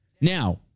Now